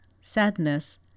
sadness